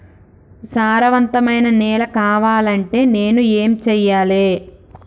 సారవంతమైన నేల కావాలంటే నేను ఏం చెయ్యాలే?